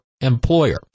employer